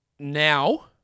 Now